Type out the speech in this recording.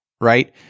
right